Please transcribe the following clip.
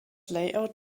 layout